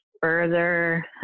further